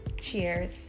Cheers